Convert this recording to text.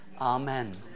amen